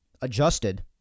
adjusted